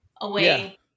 away